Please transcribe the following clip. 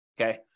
Okay